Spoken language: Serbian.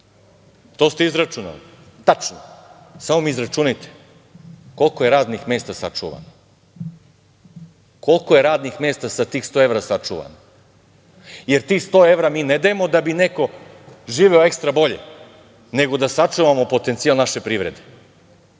To ste izračunali, tačno. Samo mi izračunajte koliko je radnih mesta sačuvano? Koliko je radnih mesta sa tih 100 evra sačuvano? Tih 100 evra mi ne dajemo da bi neko živeo ekstra bolje, nego da sačuvamo potencijal naše privrede.